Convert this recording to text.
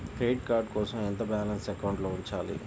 Credit card కోసం ఎంత balance అకౌంట్లో ఉంచాలి?